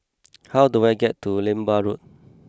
how do I get to Lembu Road